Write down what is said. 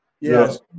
Yes